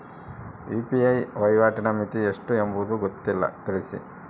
UPI ವಹಿವಾಟಿನ ಮಿತಿ ಎಷ್ಟು ಎಂಬುದು ಗೊತ್ತಿಲ್ಲ? ತಿಳಿಸಿ?